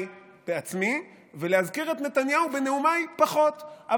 בעצמי ולהזכיר את נתניהו בנאומיי פחות,